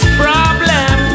problem